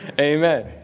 Amen